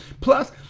Plus